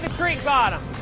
creek bottom.